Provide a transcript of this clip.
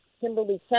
Kimberly